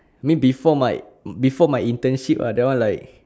I mean before my before my internship uh that one like